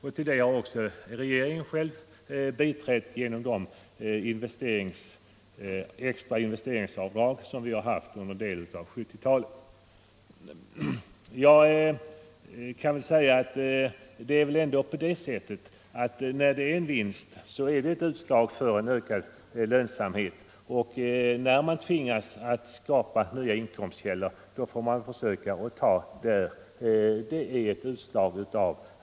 Att regeringen själv också har ansett detta visas av de extra investeringsavdrag som vi har haft under en del av 1970-talet. En vinst är ju ett utslag av ökad lönsamhet, och när man tvingas skapa nya inkomstkällor får man försöka ta av den vinsten.